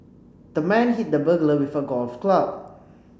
the man hit the burglar with a golf club